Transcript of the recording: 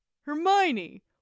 Hermione